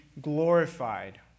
glorified